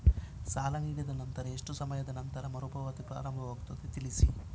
ಸಾಲ ನೀಡಿದ ನಂತರ ಎಷ್ಟು ಸಮಯದ ನಂತರ ಮರುಪಾವತಿ ಪ್ರಾರಂಭವಾಗುತ್ತದೆ ತಿಳಿಸಿ?